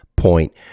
point